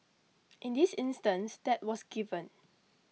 in this instance that was given